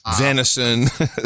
venison